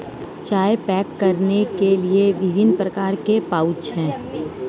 चाय पैक करने के लिए विभिन्न प्रकार के पाउच हैं